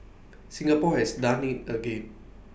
Singapore has done IT again